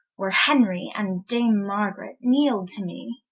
where henrie and dame margaret kneel'd to me,